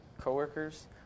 coworkers